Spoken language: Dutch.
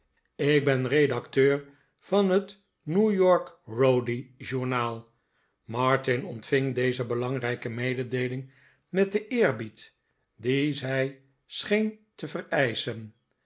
ik ben redacteur van het new-york rowdy journal martin ontving deze belangrijke mededeeling met den eerbied dien zij scheen te vereischen